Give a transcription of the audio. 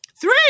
Three